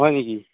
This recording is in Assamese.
হয় নেকি